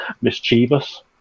mischievous